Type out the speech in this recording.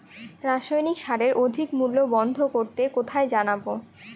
রাসায়নিক সারের অধিক মূল্য বন্ধ করতে কোথায় জানাবো?